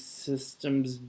systems